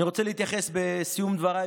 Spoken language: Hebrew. אני רוצה להתייחס בסיום דבריי,